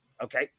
Okay